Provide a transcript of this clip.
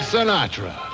Sinatra